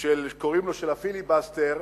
של הפיליבסטר,